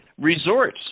resorts